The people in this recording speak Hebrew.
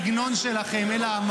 תמשיכו ככה, תמשיכו.